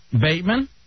Bateman